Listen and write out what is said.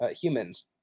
humans